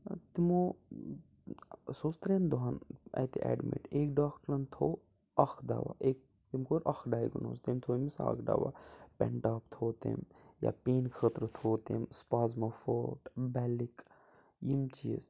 تہٕ تِمو سُہ اوس ترٛیٚن دۄہَن اَتہِ ایٚڈمِٹ أکۍ ڈاکٹرَن تھوٚو اکھ دَوا أکۍ تٔمۍ کوٚر اکھ ڈایگٕنوٗز تٔمۍ تھوٚو أمِس اکھ دَوا پیٚنٹاپ تھوٚو تٔمۍ یا پینہِ خٲطرٕ تھوٚو تٔمۍ سُپازما فوٹ بیٚلِک یِم چیٖز